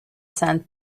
sand